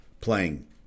playing